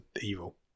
evil